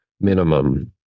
minimum